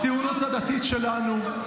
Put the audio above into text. הציונות הדתית שלנו,